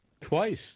twice